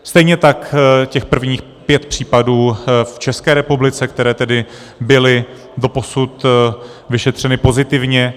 Stejně tak těch prvních pět případů v České republice, které tedy byly doposud vyšetřeny pozitivně.